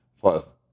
plus